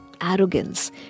arrogance